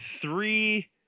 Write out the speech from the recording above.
three